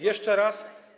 Jeszcze raz.